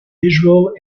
visual